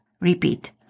Repeat